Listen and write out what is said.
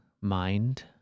Mind